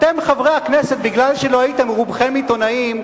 אתם, חברי הכנסת, בגלל שלא הייתם רובכם עיתונאים,